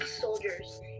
soldiers